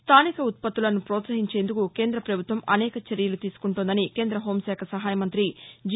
ను స్థానిక ఉత్పత్తులను ప్రోత్సహించేందుకు కేంద్రాపభుత్వం అనేక చర్యలు తీసుకుంటోందని కేంద్రహోంశాఖ సహాయ మంతి జి